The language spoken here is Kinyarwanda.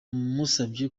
musabye